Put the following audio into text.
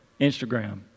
Instagram